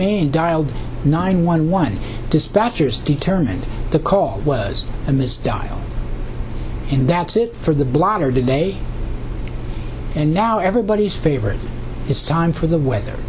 main dialled nine one one dispatchers determined the call was a mis dial in that's it for the blotter today and now everybody's favorite it's time for the weather